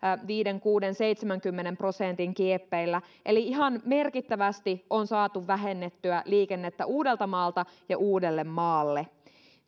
viisikymmentä kuusikymmentä tai seitsemänkymmenen prosentin kieppeillä eli ihan merkittävästi on saatu vähennettyä liikennettä uudeltamaalta ja uudellemaalle